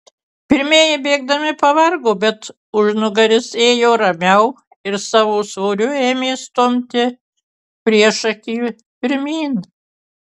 pirmieji bėgdami pavargo bet užnugaris ėjo ramiau ir savo svoriu ėmė stumti priešakį pirmyn